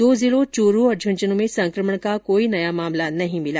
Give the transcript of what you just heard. दो जिलों च्रू और झुंझनू में संकमण का कोई नया मामला भी नहीं मिला